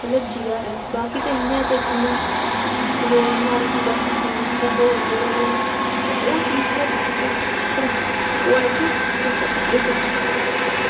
जीआ दा ऐ बाकी ते इं'या गै जि'यां रोजमर्रा दी जिंदगी दे बिच दौड़दे रवेओ ते ओह् चीज ते सिर्फ मतलब ओह् ऐ कि तुस इक